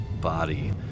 body